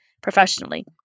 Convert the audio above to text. professionally